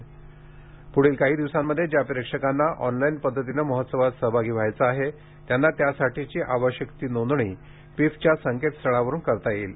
पूढील काही दिवसांमध्ये ज्या प्रेक्षकांना ऑनलाईन पद्धतीने महोत्सवात सहभागी व्हायचे आहे त्यांना त्यासाठीची आवश्यक ती नोंदणी पिफच्या संकेतस्थळावरून करता येईल